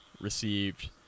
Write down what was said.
received